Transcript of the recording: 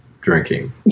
drinking